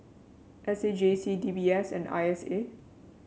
S A J C D B S and I S A